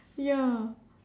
ya